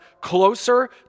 closer